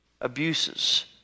abuses